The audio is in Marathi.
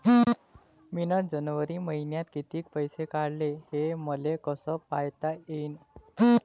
मिन जनवरी मईन्यात कितीक पैसे काढले, हे मले कस पायता येईन?